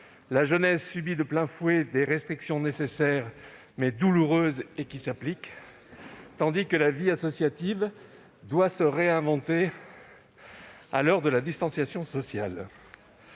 La jeunesse subit de plein fouet des restrictions nécessaires, mais douloureuses, tandis que la vie associative doit se réinventer à l'heure de la « distanciation sociale